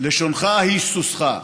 לשונך היא סוסך,